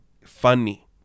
funny